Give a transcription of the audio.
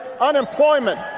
unemployment